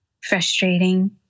frustrating